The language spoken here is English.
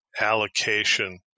allocation